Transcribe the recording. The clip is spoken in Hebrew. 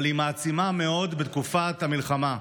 אבל היא מעצימה מאוד בתקופת המלחמה,